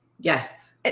yes